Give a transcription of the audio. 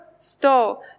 stole